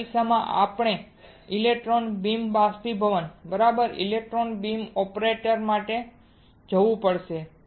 આ કિસ્સામાં આપણે ઇલેક્ટ્રોન બીમ બાષ્પીભવન બરાબર ઇલેક્ટ્રોન બીમ ઓપરેટર માટે જવું પડશે